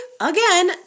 again